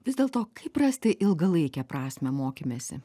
vis dėlto kaip rasti ilgalaikę prasmę mokymesi